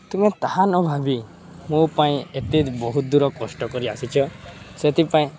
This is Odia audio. ତୁମେ ତାହା ନ ଭାବି ମୋ ପାଇଁ ଏତେ ବହୁତ ଦୂର କଷ୍ଟ କରି ଆସିଛ ସେଥିପାଇଁ